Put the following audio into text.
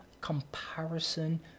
comparison